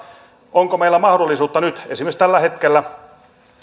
onko meillä mahdollisuutta nyt esimerkiksi tällä hetkellä